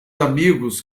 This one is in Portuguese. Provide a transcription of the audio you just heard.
amigos